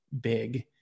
big